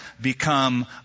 become